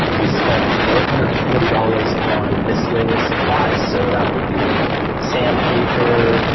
we spent four hundred and forty dollars on miscellaneous supplies. so that would be like sandpaper,